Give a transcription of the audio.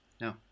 No